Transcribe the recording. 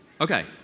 Okay